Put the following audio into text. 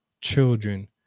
children